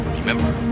Remember